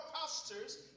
pastors